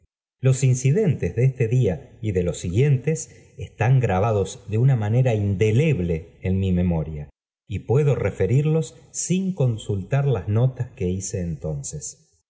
los incidentes de este día y de los siguientes están grabados de una mañera indeleble én mi memoria y puedo referirlos nin consultar las notas que hice entonces